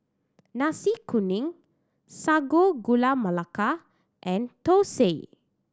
Nasi Kuning Sago Gula Melaka and thosai